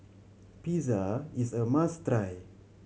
pizza is a must try